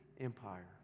empire